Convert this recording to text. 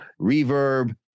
Reverb